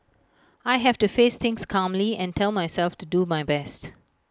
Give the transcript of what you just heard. I have to face things calmly and tell myself to do my best